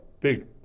big